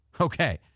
Okay